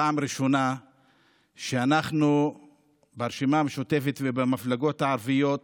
פעם ראשונה שאנחנו ברשימה המשותפת ובמפלגות הערביות